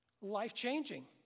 life-changing